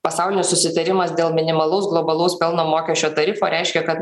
pasaulinis susitarimas dėl minimalaus globalaus pelno mokesčio tarifo reiškia kad